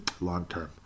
long-term